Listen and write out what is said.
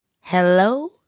Hello